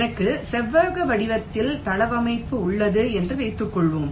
எனக்கு செவ்வக வடிவத்தில் தளவமைப்பு உள்ளது என்று வைத்துக்கொள்வோம்